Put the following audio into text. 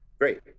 great